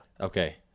okay